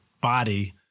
body